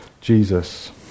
Jesus